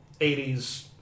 80s